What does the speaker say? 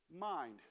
Mind